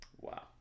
Wow